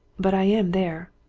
but i am there.